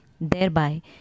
thereby